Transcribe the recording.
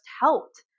helped